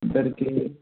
ఇద్దరికి